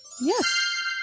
Yes